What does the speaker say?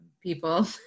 people